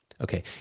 Okay